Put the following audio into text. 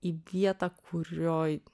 į vietą kurioj